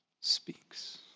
speaks